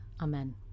Amen